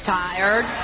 tired